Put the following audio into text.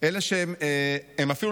הוא לא